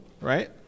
right